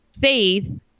faith